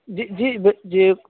جی جی جی